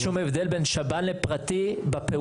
אין שום הבדל בין שב"ן לפרט בפעולה.